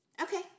Okay